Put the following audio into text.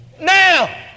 Now